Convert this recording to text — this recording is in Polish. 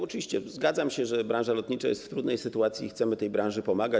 Oczywiście zgadzam się, że branża lotnicza jest w trudnej sytuacji i chcemy jej pomagać.